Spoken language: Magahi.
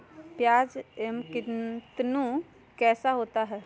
प्याज एम कितनु कैसा होता है?